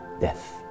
death